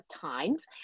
times